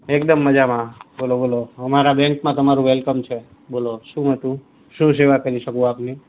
એકમદ મજામાં બોલો બોલો અમારા બૅન્કમાં તમારું વેલકમ છે બોલો શું હતું શું સેવા કરી શકું આપની